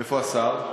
איפה השר?